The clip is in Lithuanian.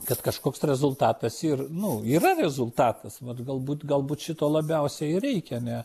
kad kažkoks rezultatas ir nu yra rezultatas vat galbūt galbūt šito labiausiai ir reikia ne